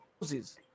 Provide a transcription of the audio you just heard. houses